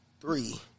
Three